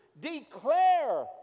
declare